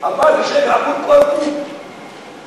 14 שקל עבור כל קוב משלם,